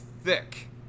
Thick